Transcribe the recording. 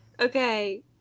Okay